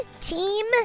Team